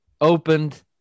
Opened